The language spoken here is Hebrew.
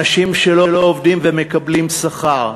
אנשים שלא עובדים ומקבלים שכר,